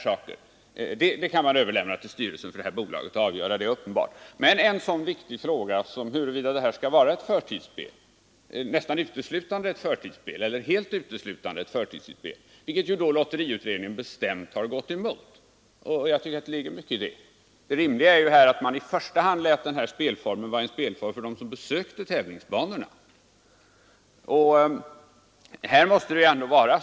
Sådant kan man överlåta åt styrelsen för bolaget att avgöra. Det är uppenbart. Men det är en annan sak med en så viktig fråga som huruvida det främst eller kanske rent av uteslutande skall vara ett förtidsspel. Det har lotteriutredningen bestämt gått emot, och jag tycker att det ligger mycket i det. Det rimliga är att man i första hand låter spelformen anpassas till dem som besöker tävlingsbanorna.